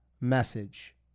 message